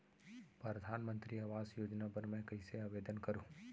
परधानमंतरी आवास योजना बर मैं कइसे आवेदन करहूँ?